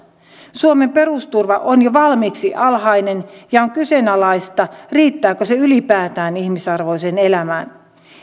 suomen perusturva on jo valmiiksi alhainen ja on kyseenalaista riittääkö se ylipäätään ihmisarvoiseen elämään